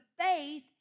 faith